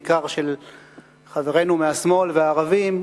בעיקר של חברינו מהשמאל והערבים,